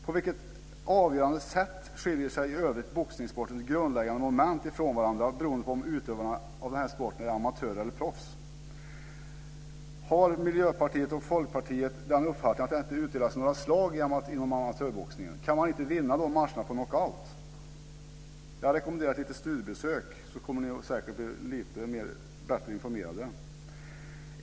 På vilket avgörande sätt skiljer sig i övrigt boxningssportens grundläggande moment ifrån varandra beroende på om utövarna av sporten är amatörer eller proffs? Har Miljöpartiet och Folkpartiet den uppfattningen att det inte utdelas några slag inom amatörboxningen? Kan man inte vinna de matcherna på knockout? Jag rekommenderar ett litet studiebesök, så kommer ni säkert att bli lite bättre informerade.